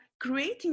creating